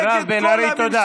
מירב בן ארי, תודה.